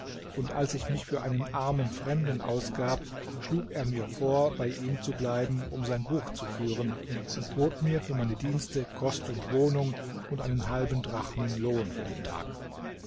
und als ich mich für einen armen fremden ausgab schlug er mir vor bei ihm zu bleiben um sein buch zu führen und bot mir für meine dienste kost und wohnung und einen halben drachmen lohn für den tag